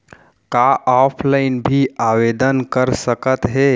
का ऑफलाइन भी आवदेन कर सकत हे?